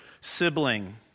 sibling